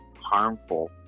harmful